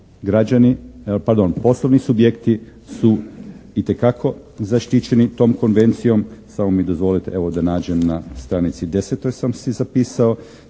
građani pardon poslovni subjekti su itekako zaštićeni tom konvencijom. Samo mi dozvolite evo da nađem na stranici desetoj sam si zapisao.